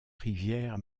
rivière